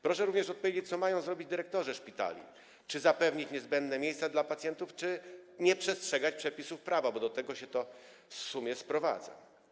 Proszę również powiedzieć, co mają zrobić dyrektorzy szpitali, czy zapewnić niezbędne miejsca dla pacjentów, czy nie przestrzegać przepisów prawa, bo to w sumie do tego się sprowadza.